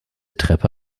treppe